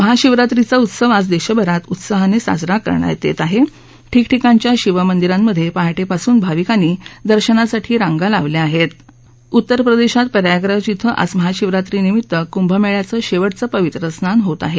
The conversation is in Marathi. महाशिवरात्रीचा उत्सव आज दर्शभरात उत्साहानस्राजरा करण्यात येतआहठिकठिकाणच्या शिवमंदिरांमधपेहाटप्रसूनच भाविकांनी दर्शनासाठी रांगा लावल्या आहेत उत्तर प्रदर्धीत प्रयागराज क्वें आज महाशिवरात्रीनिमित्त कुंभमळ्याचं शब्दिचं पवित्र स्नान होत आह